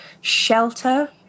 Shelter